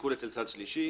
ועיקול אצל צד שלישי,